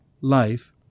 life